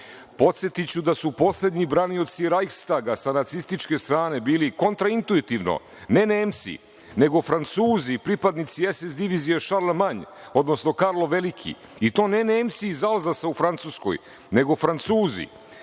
Podsetiću da su poslednji branioci Rajhstaga, sa nacističke strane bili kontraintuitivno, ne Nemci, nego Francuzi, pripadnici SS divizije Šarlo Manj, odnosno Karlo Veliki, i to ne Nemci iz Alzasa u Francuskoj, nego Francuzi. Prema